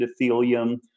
endothelium